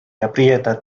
aprieta